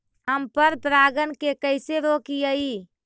हम पर परागण के कैसे रोकिअई?